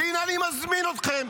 והינה אני מזמין אתכם: